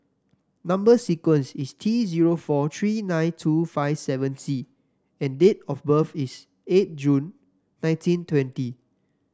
number sequence is T zero four three nine two five seven C and date of birth is eight June nineteen twenty